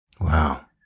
Wow